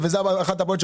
וזו אחת הבעיות,